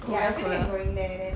korea korea